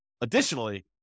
additionally